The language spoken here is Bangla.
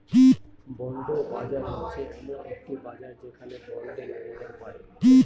বন্ড বাজার হচ্ছে এমন একটি বাজার যেখানে বন্ডে লেনদেন হয়